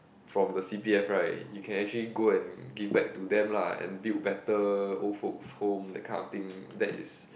from the c_p_f right you can actually go and give back to them lah and build better old folks home that kind of thing that is